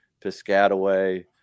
Piscataway